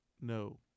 No